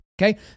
Okay